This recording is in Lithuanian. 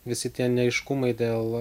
visi tie neaiškumai dėl